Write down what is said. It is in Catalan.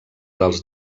dels